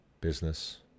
business